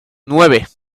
nueve